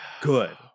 good